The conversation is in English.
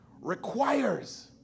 requires